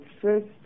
first